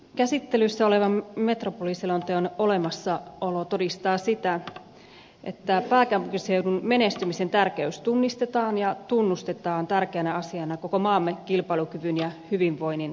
käsittelyssä olevan metropoliselonteon olemassaolo todistaa sitä että pääkaupunkiseudun menestymisen tärkeys tunnistetaan ja tunnustetaan tärkeänä asiana koko maamme kilpailukyvyn ja hyvinvoinnin kannalta